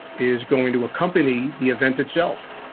is going to accompany the event itself.